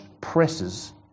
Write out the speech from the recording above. presses